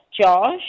Josh